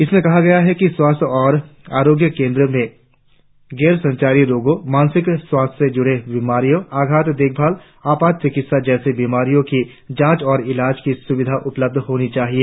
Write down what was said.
इसमें कहा गया है कि स्वास्थ्य और आरोग्य केंद्रों में गैर संचारी रोगों मानसिक स्वास्थ्य से जुड़ी बीमारियों आघात देखभाल आपात चिकित्सा जैसी बीमारियों की जांच और इलाज की सुविधा उपलब्ध होनी चाहिए